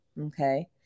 Okay